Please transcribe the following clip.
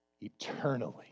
eternally